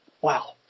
Wow